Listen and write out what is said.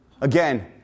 Again